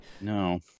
No